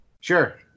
sure